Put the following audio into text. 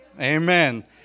amen